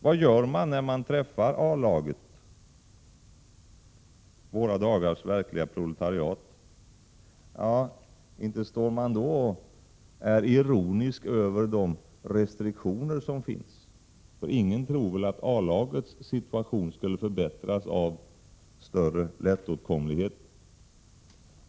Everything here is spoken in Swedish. Vad gör man när man träffar på A-laget — våra dagars verkliga proletariat? Då står man inte och är ironisk över de restriktioner som finns. Ingen tror väl att A-lagets situation skulle förbättras av större lättåtkomlighet.